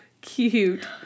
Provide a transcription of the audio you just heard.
cute